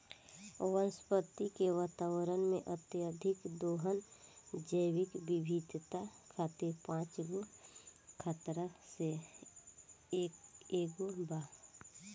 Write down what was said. वनस्पति के वातावरण में, अत्यधिक दोहन जैविक विविधता खातिर पांच गो खतरा में से एगो बा